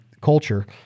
culture